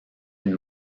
une